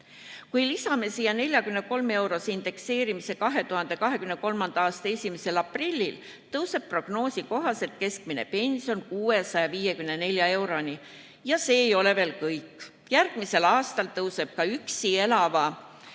Kui lisame siia 43-eurose indekseerimise 2023. aasta 1. aprillil, siis tõuseb prognoosi kohaselt keskmine pension 654 euroni. Ja see ei ole veel kõik. Järgmisel aastal tõuseb ka üksi elava